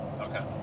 Okay